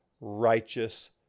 righteous